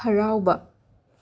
ꯍꯔꯥꯎꯕ